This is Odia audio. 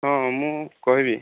ହଁ ମୁଁ କହିବି